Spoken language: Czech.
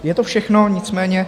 Je to všechno, nicméně...